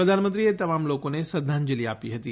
પ્રધાનમંત્રીએ તમામ લોકોને શ્રધ્ધાંજલી આપી હતી